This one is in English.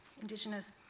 Indigenous